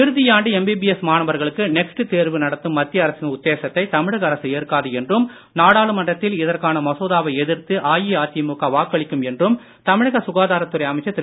இறுதியாண்டு எம்பிபிஎஸ் மாணவர்களுக்கு நெக்ஸ்ட் தேர்வு நடத்தும் மத்திய அரசின் உத்தேசத்தை தமிழக அரசு ஏற்காது என்றும் நாடாளுமன்றத்தில் இதற்கான மசோதாவை எதிர்த்து அஇஅதிமுக வாக்களிக்கும் என்றும் தமிழக சுகாதாரத்துறை அமைச்சர் திரு